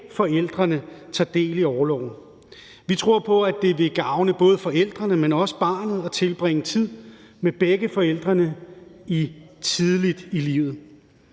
forældre tager del i orloven. Vi tror på, at det vil gavne både forældrene, men også barnet at tilbringe tid sammen tidligt i livet.